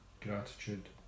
gratitude